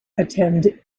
attend